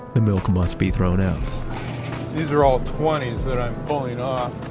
the milk must be thrown out these are all twenty s that i'm pulling off.